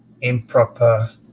improper